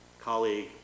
colleague